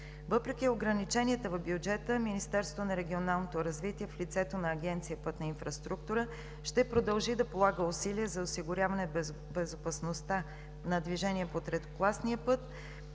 Въпреки ограниченията в бюджета Министерството на регионалното развитие, в лицето на Агенция „Пътна инфраструктура“, ще продължи да полага усилия за осигуряване безопасността на движение по третокласния път,